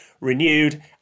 renewed